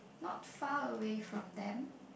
not far away from them